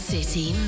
City